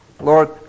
Lord